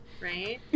Right